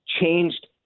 changed